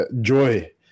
joy